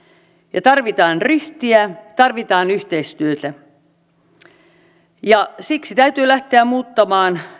ja tarvitaan ryhtiä tarvitaan yhteistyötä siksi täytyy lähteä muuttamaan